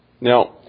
Now